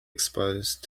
exposed